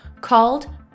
Called